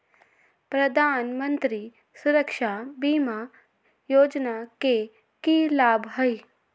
प्रधानमंत्री सुरक्षा बीमा योजना के की लाभ हई?